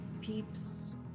Peeps